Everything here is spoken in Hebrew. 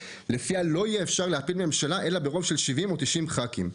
לפיה לא יהיה ניתן להפיל ממשלה אלא ברוב של 70 או 90 ח"כים.